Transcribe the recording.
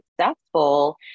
successful